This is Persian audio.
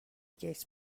گیتس